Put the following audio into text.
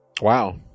Wow